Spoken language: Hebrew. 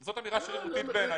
בעיניי זו אמירה שרירותית.